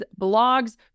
blogs